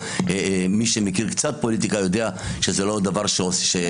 מי שמכיר קצת פוליטיקה יודע שזה לא דבר שנעשה.